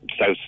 South